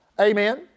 Amen